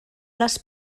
les